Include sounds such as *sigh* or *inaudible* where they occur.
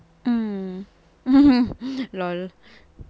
mm *laughs* LOL